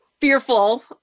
fearful